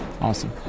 awesome